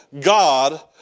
God